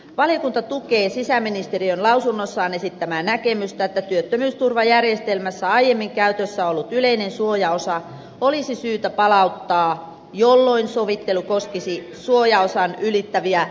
valiokunta tukee sisäministeriön lausunnossaan esittämää näkemystä että työttömyysturvajärjestelmässä aiemmin käytössä ollut yleinen suojaosa olisi syytä palauttaa jolloin sovittelu koskisi suojaosan ylittäviä tuloja